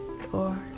four